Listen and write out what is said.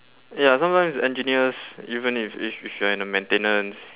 ya sometimes engineers even if if if you're in the maintenance